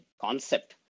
concept